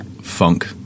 funk